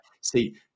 See